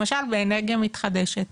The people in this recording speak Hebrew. למשל באנרגיה מתחדשת.